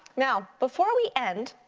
now before we end,